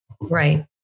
Right